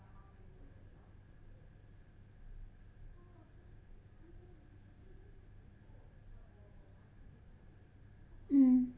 mm